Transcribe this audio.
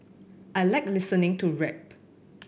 I like listening to rap